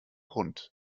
hund